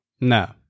no